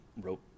wrote